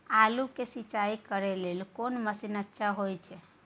आलू के सिंचाई करे लेल कोन मसीन अच्छा होय छै?